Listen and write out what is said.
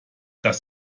das